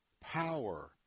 power